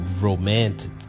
romantic